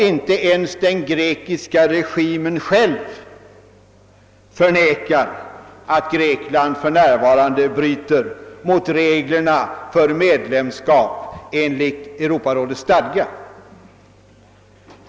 Inte ens den grekiska regimen själv förnekar att Grekland för närvarande bryter mot reglerna för medlemskap enligt Europarådets stadga.